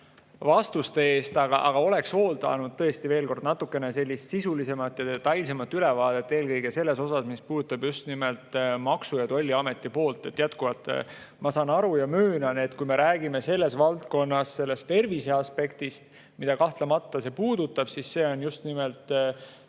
vastuste eest, aga oleks oodanud tõesti, veel kord, natukene sisulisemat ja detailsemat ülevaadet eelkõige sellest, mis puudutab just nimelt Maksu- ja Tolliameti poolt. Jätkuvalt, ma saan aru ja möönan, et kui me räägime selles valdkonnas terviseaspektist, mida see kahtlemata puudutab, siis see on just nimelt